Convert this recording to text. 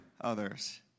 others